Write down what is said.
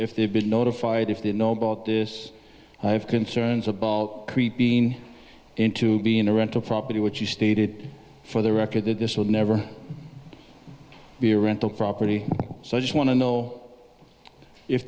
if they've been notified if they know about this i have concerns about being in to being a rental property which you stated for the record that this will never be a rental property so i just want to know if